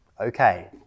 Okay